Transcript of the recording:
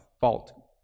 fault